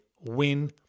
win